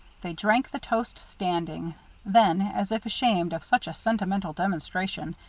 they drank the toast standing then, as if ashamed of such a sentimental demonstration,